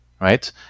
right